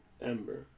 Ember